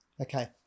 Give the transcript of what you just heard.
Okay